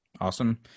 Awesome